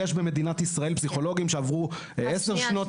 יש במדינת ישראל פסיכולוגים שעברו עשר שנות